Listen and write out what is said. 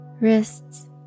wrists